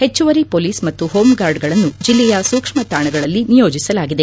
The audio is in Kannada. ಹೆಚ್ಚುವರಿ ಪೊಲೀಸ್ ಮತ್ತು ಹೋಂಗಾರ್ಡ್ಗಳನ್ನು ಜಿಲ್ಲೆಯ ಸೂಕ್ಷ್ಮ ತಾಣಗಳಲ್ಲಿ ನಿಯೋಜಿಸಲಾಗಿದೆ